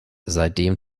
seitdem